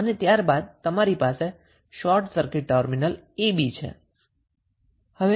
અને ત્યારબાદ તમારી પાસે short circuit terminal a b છે